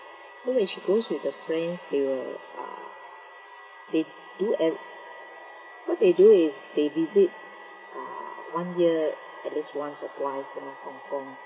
so when she goes with her friends they will uh they do at what they do is they visit ah one year at least once or twice you know hong kong